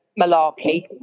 malarkey